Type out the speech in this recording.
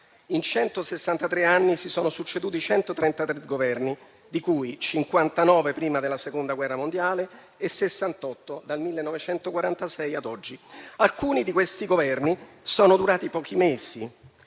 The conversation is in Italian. in 163 anni si sono succeduti 133 Governi, di cui 59 prima della Seconda guerra mondiale e 68 dal 1946 ad oggi. Alcuni di questi Governi sono durati pochi mesi,